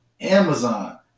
Amazon